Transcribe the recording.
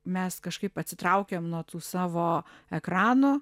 mes kažkaip atsitraukiam nuo tų savo ekranų